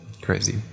Crazy